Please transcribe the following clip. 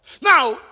Now